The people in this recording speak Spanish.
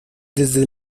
desde